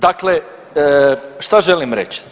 Dakle, šta želim reći?